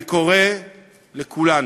אני קורא לכולנו